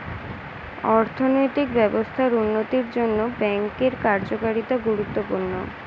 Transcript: অর্থনৈতিক ব্যবস্থার উন্নতির জন্যে ব্যাঙ্কের কার্যকারিতা গুরুত্বপূর্ণ